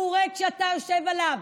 שהוא ריק כשאתה יושב עליו,